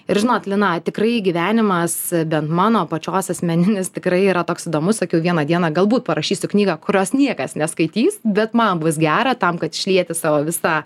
ir žinot lina tikrai gyvenimas bent mano pačios asmeninis tikrai yra toks įdomus sakiau vieną dieną galbūt parašysiu knygą kurios niekas neskaitys bet man bus gera tam kad išlieti savo visą